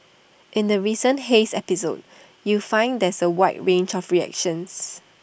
in the recent haze episode you find there's A wide range of reactions